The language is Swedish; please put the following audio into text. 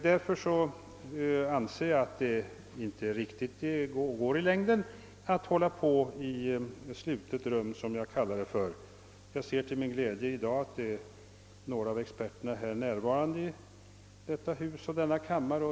Jag anser alltså att det i längden inte går riktigt bra att verka i slutet rum, som jag kallar det. Jag ser till min glädje att några av experterna är närvarande i denna kammare.